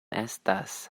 estas